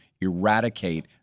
eradicate